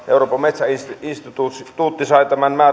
euroopan metsäinstituutti sai tämän